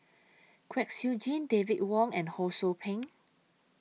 Kwek Siew Jin David Wong and Ho SOU Ping